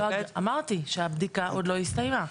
אמרתי שהבדיקה עוד לא הסתיימה,